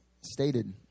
stated